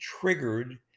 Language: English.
triggered